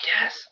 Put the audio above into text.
yes